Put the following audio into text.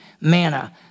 manna